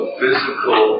physical